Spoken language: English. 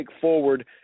forward